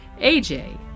AJ